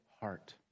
heart